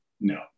No